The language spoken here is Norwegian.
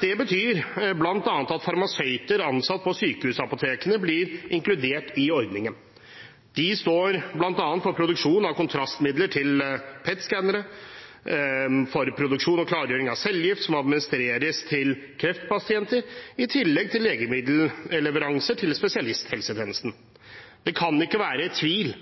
Det betyr bl.a. at farmasøyter ansatt på sykehusapotekene blir inkludert i ordningen. De står bl.a. for produksjon av kontrastmidler til PET-scannere, for produksjon og klargjøring av cellegift som administreres til kreftpasienter, i tillegg til legemiddelleveranser til spesialisthelsetjenesten. Det kan ikke være tvil